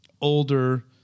older